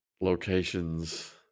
locations